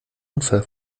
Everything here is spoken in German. unfall